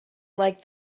like